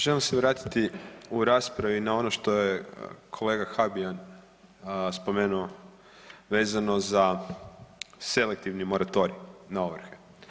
Želim se vratiti u raspravi na ono što je kolega Habijan spomenuo vezano za selektivni moratorij na ovrhe.